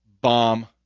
bomb